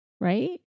Right